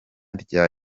rya